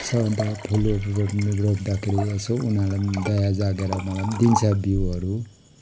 छ भने त फुलहरू रोप्नु रोप्दाखेरि यसो उनीहरूलाई पनि दया जागेर मलाई पनि दिन्छ बिउहरू